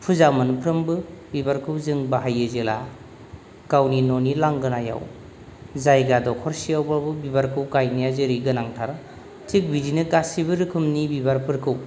फुजा मोनफ्रोमबो बिबारखौ जों बाहायो जेब्ला गावनि न'नि लांगोनायाव जायगा दखरसेआवब्लाबो बिबारखौ गायनाया जेरै गोनांथार थिक बिदिनो गासिबो रोखोमनि बिबारफोरखौ